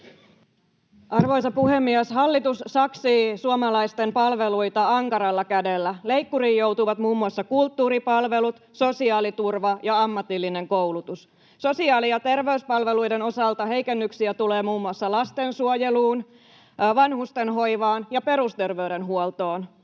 Arvoisa puhemies! Hallitus saksii suomalaisten palveluita ankaralla kädellä. Leikkuriin joutuvat muun muassa kulttuuripalvelut, sosiaaliturva ja ammatillinen koulutus. Sosiaali- ja terveyspalveluiden osalta heikennyksiä tulee muun muassa lastensuojeluun, vanhustenhoivaan ja perusterveydenhuoltoon.